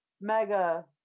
Mega